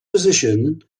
position